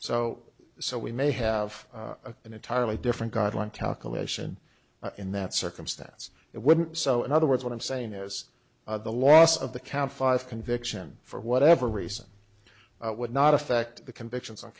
so so we may have a an entirely different guideline calculation in that circumstance it wouldn't so in other words what i'm saying is the loss of the cat five conviction for whatever reason would not affect the convictions on